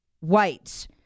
whites